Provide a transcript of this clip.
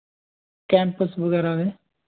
campus ਵਗੈਰਾ ਦੇ